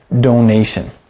donation